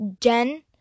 Jen